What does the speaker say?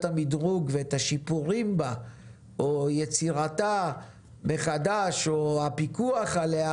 המדרוג ואת השיפורים בה או יצירתה מחדש או הפיקוח עליה